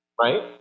Right